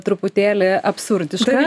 truputėlį absurdiška